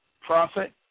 profit